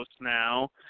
now